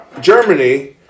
Germany